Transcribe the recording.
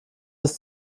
bis